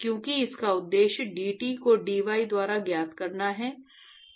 क्योंकि इसका उद्देश्य dT को dy द्वारा ज्ञात करना है